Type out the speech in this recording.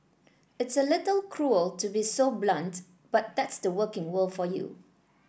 it's a little cruel to be so blunt but that's the working world for you